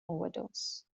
overdose